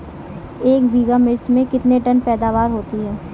एक बीघा मिर्च में कितने टन पैदावार होती है?